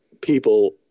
people